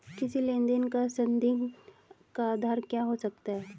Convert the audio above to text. किसी लेन देन का संदिग्ध का आधार क्या हो सकता है?